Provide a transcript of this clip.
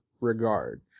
regard